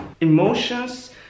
emotions